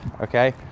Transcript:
okay